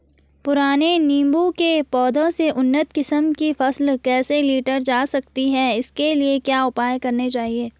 पुराने नीबूं के पौधें से उन्नत किस्म की फसल कैसे लीटर जा सकती है इसके लिए क्या उपाय करने चाहिए?